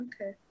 Okay